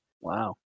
Wow